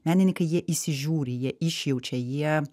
menininkai jie įsižiūri jie išjaučia jie